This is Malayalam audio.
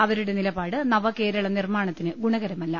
അവരുടെ നിലപാട് നവകേരള നിർമ്മാ ണത്തിന് ഗുണകരമല്ല